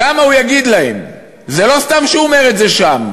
שם הוא יגיד להם, זה לא סתם שהוא אומר את זה שם.